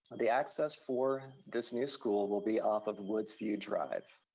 the access for this new school will be off of woods view drive.